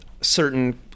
certain